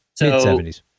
Mid-70s